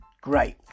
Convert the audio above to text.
great